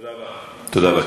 תודה רבה.